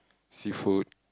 seafood